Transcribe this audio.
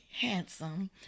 handsome